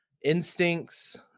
instincts